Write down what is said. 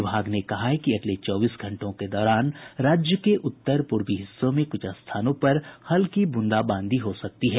विभाग ने कहा है कि अगले चौबीस घंटों के दौरान राज्य के उत्तर पूर्वी हिस्सों में कुछ स्थानों पर हल्की बूंदाबांदी हो सकती है